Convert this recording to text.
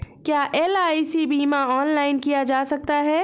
क्या एल.आई.सी बीमा ऑनलाइन किया जा सकता है?